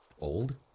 Old